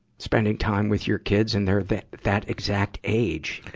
spending time with your kids and they're that, that exact age.